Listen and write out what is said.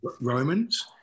Romans